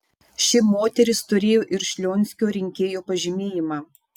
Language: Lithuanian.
ši moteris turėjo ir šlionskio rinkėjo pažymėjimą